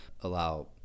allow